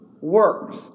works